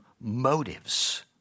motives